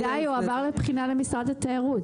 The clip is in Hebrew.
המידע יועבר לבחינה למשרד התיירות.